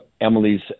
Emily's